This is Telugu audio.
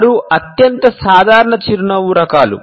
ఆరు అత్యంత సాధారణ చిరునవ్వు రకాలు